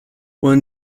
when